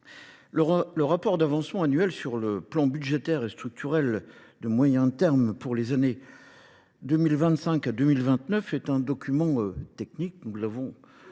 Le rapport d'avancement annuel sur le plan budgétaire et structurel de moyen terme pour les années 2025 à 2029 est un document technique. Nous l'avons